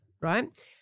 right